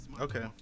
Okay